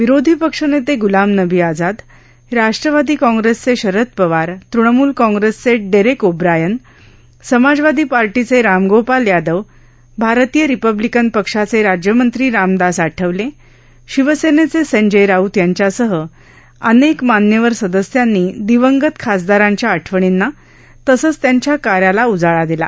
विरोधी पक्षनेते गुलाम नबी आझाद राष्ट्रवादी काँग्रेसचे शरद पवार तृणमूल काँग्रेसचे डेरेक ओ ब्रायन समाजवादी पक्षाचे रामगोपाल यादव भारतीय रिपब्लीकन पक्षाचे राज्यमंत्री रामदास आठवले शिवसेनेचे संजय राऊत यांच्यासह अनेक मान्यवर सदस्यांनी दिवंगत खासदारांच्या आठवर्णींना तसंच त्यांच्या कार्याला उजाळा दिला